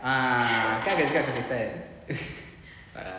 ah kan dah cakap kena cepat